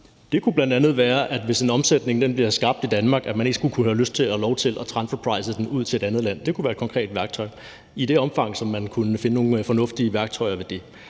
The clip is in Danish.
Det kunne bl.a. være, at hvis en omsætning bliver skabt i Danmark, skulle man ikke kunne have lyst til og lov til at lave transferpricing med den ud til et andet land. Det kunne være et konkret værktøj i det omfang, at man kunne finde nogle fornuftige værktøjer ved det.